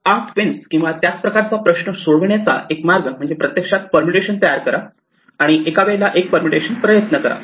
8 queens किंवा त्याच प्रकारचा प्रश्न सोडविण्याचा चा एक मार्ग म्हणजे प्रत्यक्षात परमुटेशन तयार करा आणि एका वेळेला एक परमुटेशन प्रयत्न करा